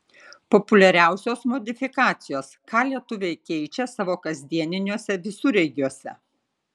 populiariausios modifikacijos ką lietuviai keičia savo kasdieniniuose visureigiuose